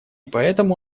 поэтому